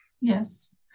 Yes